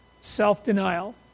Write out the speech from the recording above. Self-denial